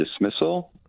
dismissal